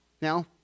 Now